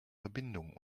verbindungen